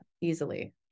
easily